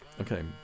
Okay